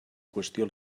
qüestió